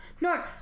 No